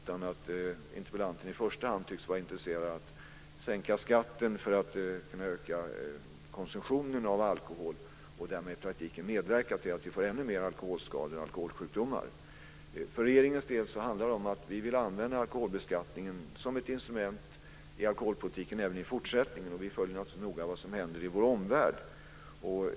Interpellanten tycks i första hand vara intresserad av sänka skatten för att kunna öka konsumtionen av alkohol och därmed i praktiken medverka till att vi får ännu fler alkoholskador och alkoholsjukdomar. För regeringens del handlar det om att vi vill använda alkoholbeskattningen som ett instrument i alkoholpolitiken även i fortsättningen. Vi följer också noga vad som händer i vår omvärld.